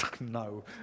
No